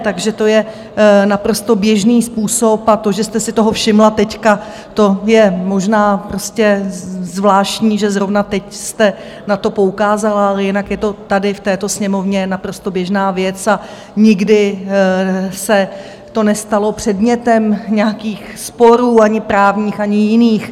Takže to je naprosto běžný způsob a to, že jste si toho všimla teď, je možná prostě zvláštní, že zrovna teď jste na to poukázala, ale jinak je to tady v této Sněmovně naprosto běžná věc a nikdy se to nestala předmětem nějakých sporů právních ani jiných.